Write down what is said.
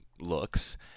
looks